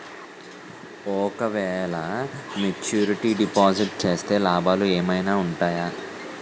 ఓ క వేల maturity deposit చేస్తే లాభాలు ఏమైనా ఉంటాయా?